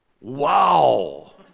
Wow